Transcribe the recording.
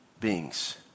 beings